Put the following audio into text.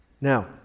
Now